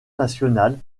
national